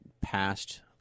past